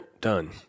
Done